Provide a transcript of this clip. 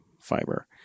fiber